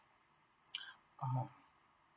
ah